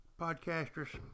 Podcasters